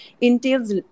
entails